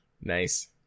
Nice